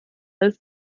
als